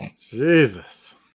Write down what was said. Jesus